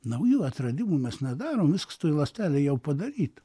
naujų atradimų mes nedarom viskas toj ląstelėj jau padaryta